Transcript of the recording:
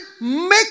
make